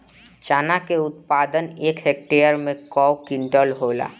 चना क उत्पादन एक हेक्टेयर में कव क्विंटल होला?